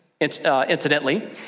incidentally